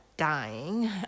dying